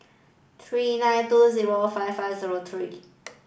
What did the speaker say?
three nine two zero five five zero three